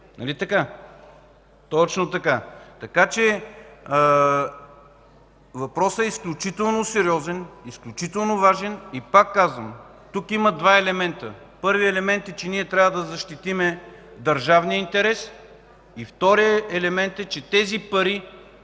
Стоилов.) Точно така! Въпросът е изключително сериозен, изключително важен. Пак казвам: тук има два елемента. Първият елемент е, че ние трябва да защитим държавния интерес, и вторият елемент, че тези пари